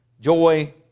joy